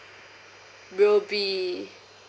will be